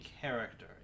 character